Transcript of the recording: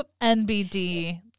NBD